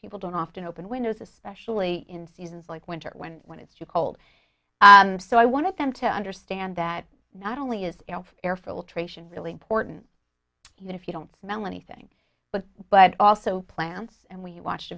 people don't often open windows especially in seasons like winter when when it's too cold so i want them to understand that not only is air filtration really important if you don't smell anything but but also plants and we watched a